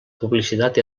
publicitat